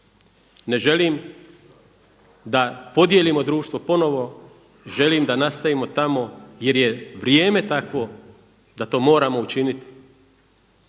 ne želim da podijelimo društvo ponovo. Želim da nastavimo tamo jer je vrijeme takvo da to moramo učiniti